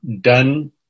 done